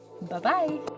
Bye-bye